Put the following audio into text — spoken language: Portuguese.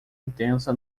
intensa